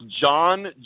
John